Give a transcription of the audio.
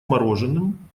мороженым